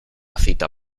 cita